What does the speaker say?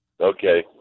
Okay